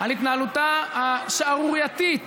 על התנהלותה השערורייתית